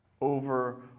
over